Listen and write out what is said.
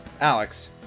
Alex